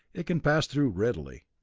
it can pass through readily.